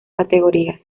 categorías